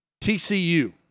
TCU